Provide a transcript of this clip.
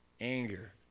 anger